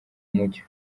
mucyo